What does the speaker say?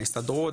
ההסתדרות,